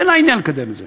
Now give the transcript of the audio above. אין לה עניין לקדם את זה.